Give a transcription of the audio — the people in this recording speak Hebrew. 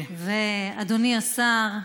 ואדוני השר,